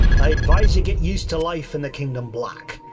i advise you get used to life in the kingdom black.